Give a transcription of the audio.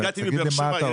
הגעתי מבאר שבע,